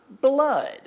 blood